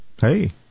Hey